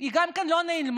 היא גם כן לא נעלמה,